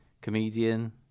comedian